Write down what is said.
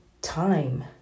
time